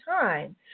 time